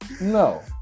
No